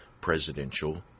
presidential